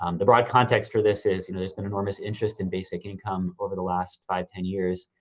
um the broad context for this is, you know there's been enormous interest in basic income over the last five, ten years,